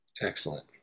excellent